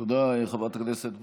תודה, חברת הכנסת וונש.